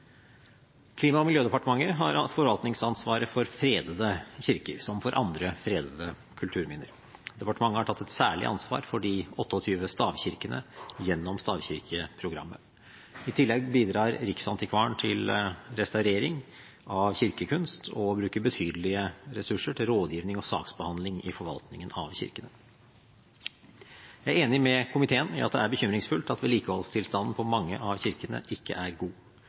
Klima- og miljødepartementet har forvaltningsansvaret for fredede kirker, som for andre fredede kulturminner. Departementet har tatt et særlig ansvar for de 28 stavkirkene gjennom stavkirkeprogrammet. I tillegg bidrar Riksantikvaren til restaurering av kirkekunst og bruker betydelige ressurser til rådgivning og saksbehandling i forvaltningen av kirkene. Jeg er enig med komiteen i at det er bekymringsfullt at vedlikeholdstilstanden for mange av kirkene ikke er god.